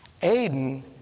Aiden